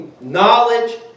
Knowledge